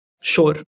sure